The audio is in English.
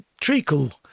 treacle